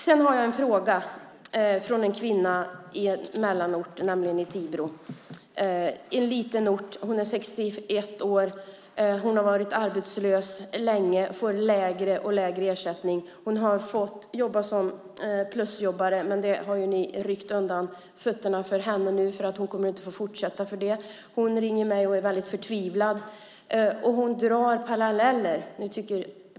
Jag har en fråga från en kvinna i Tibro, som är en liten ort. Hon är 61 år, har varit arbetslös länge och får lägre och lägre ersättning. Hon har haft plusjobb, men där har ni ryckt undan mattan för henne och hon kommer inte att få fortsätta med det. Hon ringde och var förtvivlad. Hon drog parallellen mellan sig själv och Ulrica Schenström.